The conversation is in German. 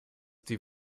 die